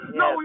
no